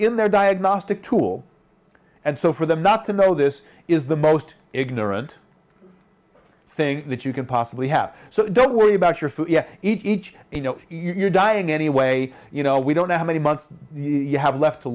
in their diagnostic tool and so for them not to know this is the most ignorant thing that you could possibly have so don't worry about your food yeah each you know you're dying anyway you know we don't know how many months you have left to